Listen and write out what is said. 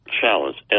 challenge